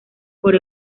por